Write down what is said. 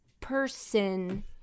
person